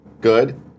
good